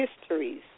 histories